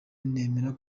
nemera